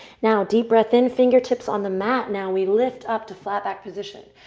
now, deep breath in. fingertips on the mat. now we lift up to flat back position.